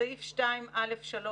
בסעיף 2(א)(3),